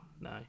no